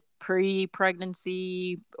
pre-pregnancy